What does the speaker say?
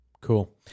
cool